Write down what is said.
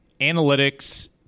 Analytics